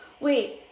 Wait